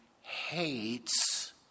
hates